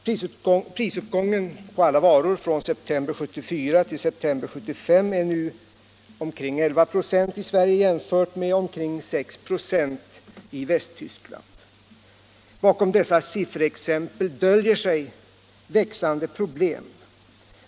Prisuppgången på alla varor från september 1974 till september 1975 är nu omkring 11 96 i Sverige jämfört med omkring 6 96 i Västtyskland. Bakom dessa sifferexempel döljer sig växande problem.